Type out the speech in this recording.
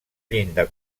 llindar